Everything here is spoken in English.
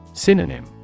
Synonym